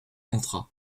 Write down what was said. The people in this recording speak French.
entra